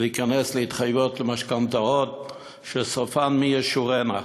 להיכנס להתחייבויות ולמשכנתאות שסופן מי ישורנו.